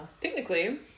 technically